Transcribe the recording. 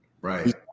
Right